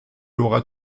aura